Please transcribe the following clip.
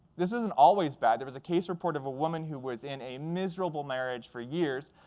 this isn't always bad. there was a case report of a woman who was in a miserable marriage for years.